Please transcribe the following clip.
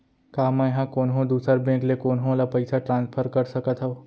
का मै हा कोनहो दुसर बैंक ले कोनहो ला पईसा ट्रांसफर कर सकत हव?